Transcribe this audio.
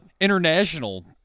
international